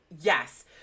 Yes